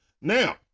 Now